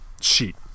sheet